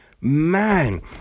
Man